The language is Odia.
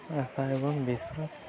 ଆଶା ଏବଂ ବିଶ୍ଵାସ